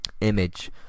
image